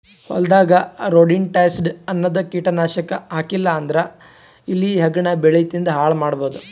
ಹೊಲದಾಗ್ ರೊಡೆಂಟಿಸೈಡ್ಸ್ ಅನ್ನದ್ ಕೀಟನಾಶಕ್ ಹಾಕ್ಲಿಲ್ಲಾ ಅಂದ್ರ ಇಲಿ ಹೆಗ್ಗಣ ಬೆಳಿ ತಿಂದ್ ಹಾಳ್ ಮಾಡಬಹುದ್